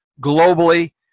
globally